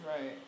Right